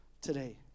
today